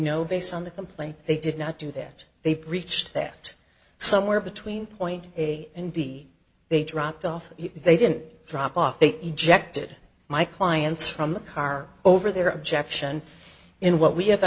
know based on the complaint they did not do that they reached that somewhere between point a and b they dropped off they did drop off they injected my clients from the car over their objection in what we have